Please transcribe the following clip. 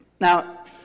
Now